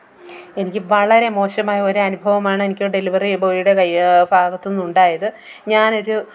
എനിക്ക് വളരെ മോശമായ ഒരു അനുഭവമാണ് എനിക്ക് ഡെലിവറി ബോയുടെ കയ്യ് ഭാഗത്ത് നിന്നുണ്ടായത് ഞാനൊരു